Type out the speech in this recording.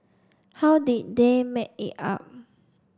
how did they make it up